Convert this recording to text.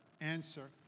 answer